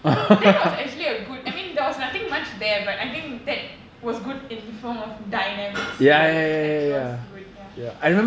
that was actually a good I mean there was nothing much there but I think that was good in the form of dynamics based like it was good ya